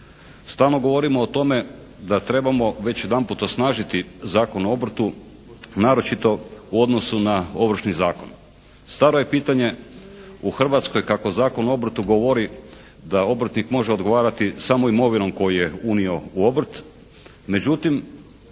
Stalno govorimo o tome da trebamo već jedanput osnažiti Zakon o obrtu naročito u odnosu na Ovršni zakon. Staro je pitanje u Hrvatskoj kako Zakon o obrtu govori da obrtnik može odgovarati samom imovinom koju je unio u obrt, međutim